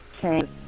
change